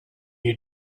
you